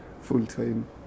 full-time